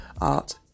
art